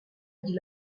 dit